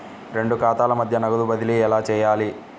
రెండు ఖాతాల మధ్య నగదు బదిలీ ఎలా చేయాలి?